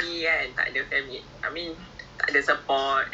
you know we can just hang around at sentosa sentosa I think we can go to the